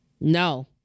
No